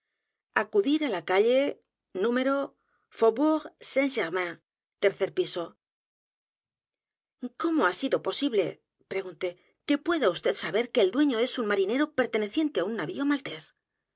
acudir á la calle n faübourg sáint germain tercer piso cómo ha sido posible pregunté que pueda vd saber que el dueño es un marinero perteneciente á un navio maltes no